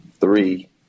three